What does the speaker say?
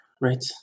right